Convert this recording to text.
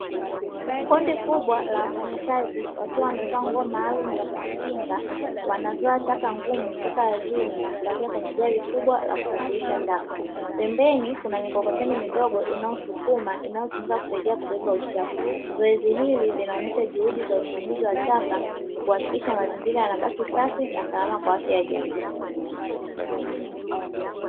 Kundi kubwa la wafanyakazi wakiwa wamevaa nguo maalum za kujikinga wanazoa taka ngumu kutoka ardhini na kupakia kwenye gari kubwa la kusafirishia taka, pembeni kuna mikokoteni midogo inayosukuma inasaidia kubeba uchafu. Zoezi hili linaonyesha juhudu za usimamizi wa taka kuhakikisha mazingira yanabaki safi kwa afya ya jamii.